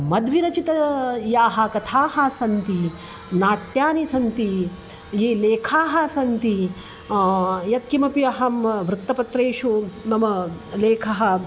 मद्विरचिताः याः कथाः सन्ति नाट्यानि सन्ति ये लेखाः सन्ति यत्किमपि अहं वृत्तपत्रेषु मम लेखः